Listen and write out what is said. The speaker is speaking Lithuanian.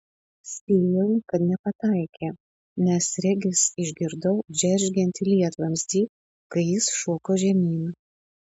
spėjau kad nepataikė nes regis išgirdau džeržgiantį lietvamzdį kai jis šoko žemyn